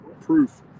proof